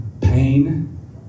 pain